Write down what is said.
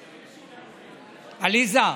עליזה,